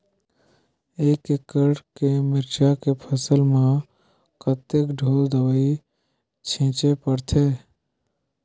एक एकड़ के मिरचा के फसल म कतेक ढोल दवई छीचे पड़थे?